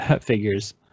figures